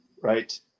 Right